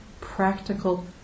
practical